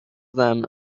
them